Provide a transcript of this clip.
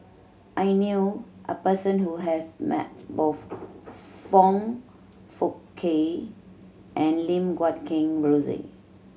I knew a person who has met both Foong Fook Kay and Lim Guat Kheng Rosie